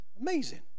Amazing